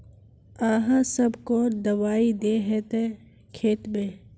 आहाँ सब कौन दबाइ दे है खेत में?